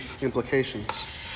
implications